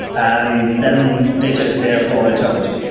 and then data is there for all eternity.